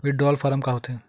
Withdrawal form का होथे?